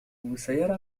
بالسيارة